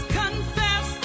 confess